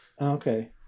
Okay